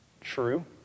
True